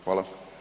Hvala.